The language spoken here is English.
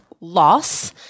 loss